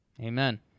Amen